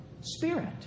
Spirit